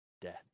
Death